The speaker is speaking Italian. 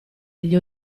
gli